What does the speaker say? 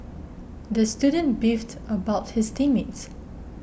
the student beefed about his team mates